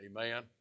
Amen